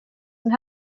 and